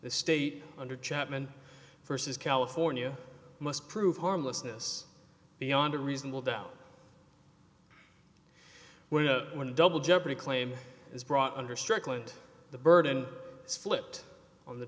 the state under chapman versus california must prove harmlessness beyond a reasonable doubt when a double jeopardy claim is brought under strickland the burden is flipped on the